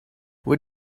what